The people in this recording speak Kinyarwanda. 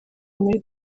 muri